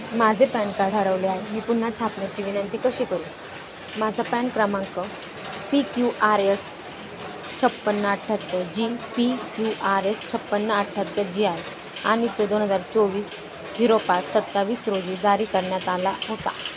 माझे PAN card हरवले आहे मी पुन्हा छापण्याची विनंती कशी करू माझा पॅन क्रमांक पी क्यू आर यस छप्पन्न अठ्ठ्याहत्तर G P Q R S छप्पन्न अठ्ठ्याहत्तर जी आहे आणि ते दोन हजार चोवीस झिरो पाच सत्तावीस रोजी जारी करण्यात आला होता